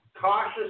cautious